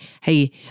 hey